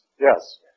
yes